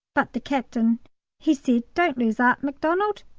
but the captain he said, don't lose eart, macdonald,